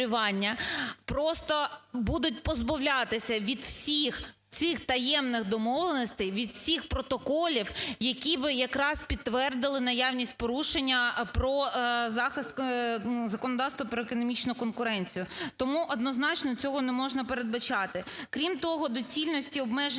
просто будуть позбавлятися від всіх цих таємних домовленостей, від всіх протоколів, які ви якраз підтвердили наявність порушення про захист законодавства про економічну конкуренцію. Тому однозначно цього не можна передбачати. Крім того, доцільності обмеження